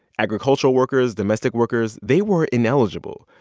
agricultural workers, domestic workers they were ineligible,